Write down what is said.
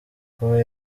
kuba